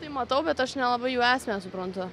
tai matau bet aš nelabai jų esmę suprantu